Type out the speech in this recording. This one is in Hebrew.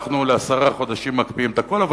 אנחנו לעשרה חודשים מקפיאים את הכול אבל